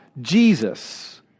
Jesus